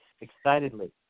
excitedly